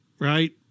right